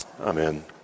Amen